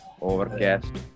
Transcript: Overcast